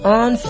on